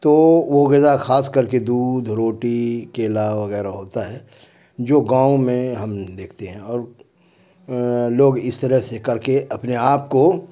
تو وہ غذا خاص کر کے دودھ روٹی کیلا وغیرہ ہوتا ہے جو گاؤں میں ہم دیکھتے ہیں اور لوگ اس طرح سے کر کے اپنے آپ کو